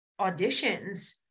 auditions